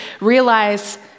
realize